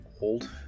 old